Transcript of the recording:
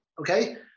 okay